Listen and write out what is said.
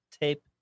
tape